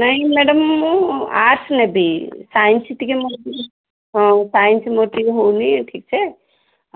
ନାଇଁ ମ୍ୟାଡ଼ାମ୍ ମୁଁ ଆର୍ଟ୍ସ ନେବି ସାଇନ୍ସ ଟିକେ ହଁ ସାଇନ୍ସ ମୋର ଟିକେ ହେଉନି ଠିକ୍ସେ